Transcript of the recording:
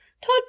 Todd